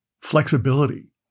flexibility